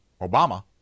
Obama